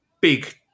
big